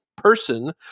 person